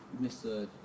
Mr